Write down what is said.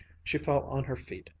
she fell on her feet,